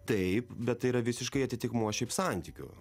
taip bet tai yra visiškai atitikmuo šiaip santykių